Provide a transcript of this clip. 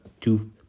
two